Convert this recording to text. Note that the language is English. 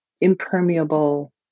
impermeable